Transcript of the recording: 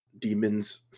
demons